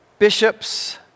Bishops